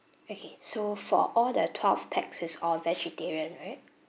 okay so for all the twelve pax is all vegetarian right